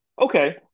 Okay